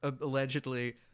allegedly